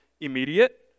immediate